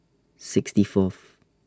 sixty Fourth